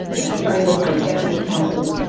and starting with my executive council.